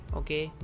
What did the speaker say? okay